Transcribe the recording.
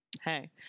Hey